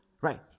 Right